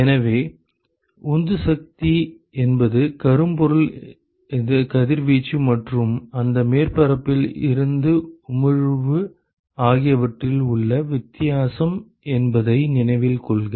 எனவே உந்து சக்தி என்பது கரும்பொருள் கதிர்வீச்சு மற்றும் அந்த மேற்பரப்பில் இருந்து உமிழ்வு ஆகியவற்றில் உள்ள வித்தியாசம் என்பதை நினைவில் கொள்க